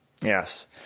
yes